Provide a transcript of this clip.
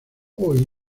hoy